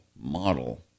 model